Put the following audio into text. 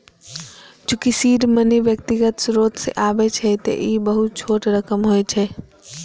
चूंकि seed money व्यक्तिगत स्रोत सं आबै छै, तें ई बहुत छोट रकम होइ छै